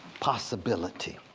possibility.